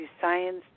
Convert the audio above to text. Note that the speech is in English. science